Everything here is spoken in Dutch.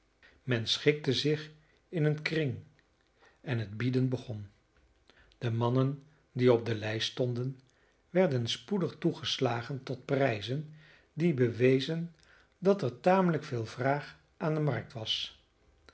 men schikte zich in een kring en het bieden begon de mannen die op de lijst stonden werden spoedig toegeslagen tot prijzen die bewezen dat er tamelijk veel vraag aan de markt was